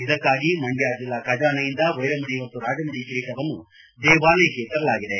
ಇದಕ್ಕಾಗಿ ಮಂಡ್ಯ ಜಿಲ್ಲಾ ಖಜಾನೆಯಿಂದ ವೈರಮುಡಿ ಮತ್ತು ರಾಜಮುಡಿ ಕಿರೀಟವನ್ನು ದೇವಾಲಯಕ್ಕೆ ತರಲಾಗಿದೆ